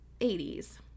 80s